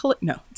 No